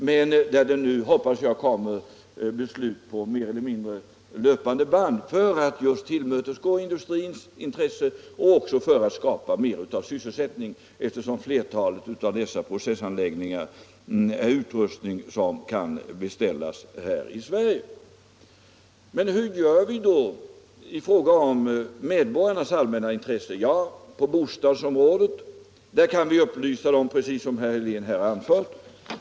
Jag hoppas att det nu kommer att fattas beslut mer eller mindre på löpande band för att just tillmötesgå industrins intresse och också för att skapa mer sysselsättning, eftersom flertalet av dessa processanläggningar utgörs av utrustning som kan beställas här i Sverige. Men hur gör vi då i fråga om medborgarnas allmänna intresse? På bostadsområdet kan vi — precis som herr Helén här sagt — lämna upplysning på olika sätt.